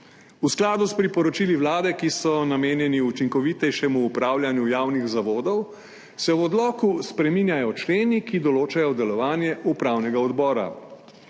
V skladu s priporočili Vlade, ki so namenjeni učinkovitejšemu upravljanju javnih zavodov, se v odloku spreminjajo členi, ki določajo delovanje upravnega odbora.